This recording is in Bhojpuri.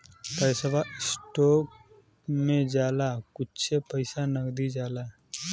पैसवा स्टोक मे जाला कुच्छे पइसा नगदी जाला